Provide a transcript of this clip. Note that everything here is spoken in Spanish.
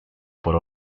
por